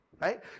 right